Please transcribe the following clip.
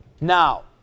Now